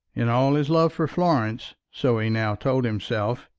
in all his love for florence so he now told himself,